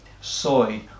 soy